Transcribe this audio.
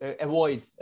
avoid